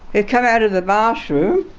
it come out of the bathroom.